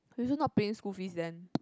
you also not paying school fees then